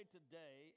Today